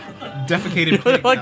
defecated